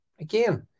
again